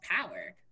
power